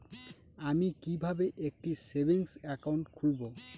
আমি কিভাবে একটি সেভিংস অ্যাকাউন্ট খুলব?